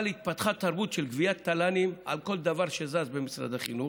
אבל התפתחה תרבות של גביית תל"נים על כל דבר שזז במשרד החינוך.